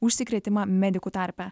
užsikrėtimą medikų tarpe